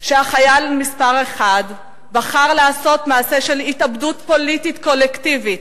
שהחייל מספר אחת בחר לעשות מעשה של התאבדות פוליטית קולקטיבית,